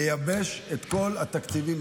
לייבש את כל התקציבים,